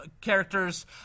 characters